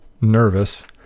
nervous